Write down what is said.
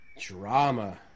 Drama